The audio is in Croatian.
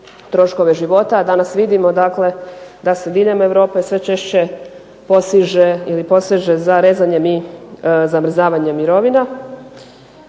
troškove života. A danas vidimo dakle da se diljem Europe sve češće posiže ili poseže za rezanjem i zamrzavanjem mirovina.